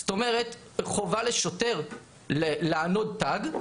זאת אומרת חובה לשוטר לענוד תג,